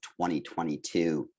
2022